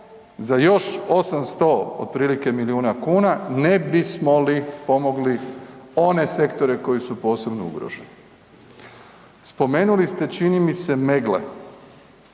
za još 800 otprilike milijuna kuna ne bismo li pomogli one sektore koji su posebno ugroženi. Spomenuli ste, čini mi se, Meggle.